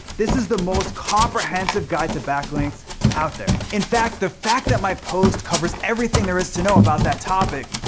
this is the most comprehensive guide to backlinks out there. in fact, the fact that my post covers everything there is to know about that topic,